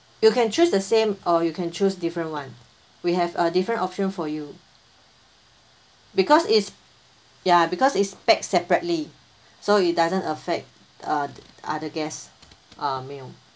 you can choose the same or you can choose different one we have a different option for you because it's ya because it's packed separately so it doesn't affect uh other guest uh meal